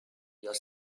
your